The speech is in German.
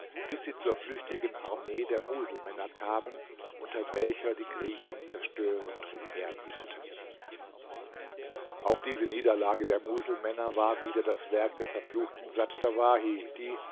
bis sie zur flüchtigen armee der muselmänner kamen unter welcher die griechen zerstörend umherwüteten auch diese niederlage der muselmänner war wieder das werk der verfluchten dsat dawahi die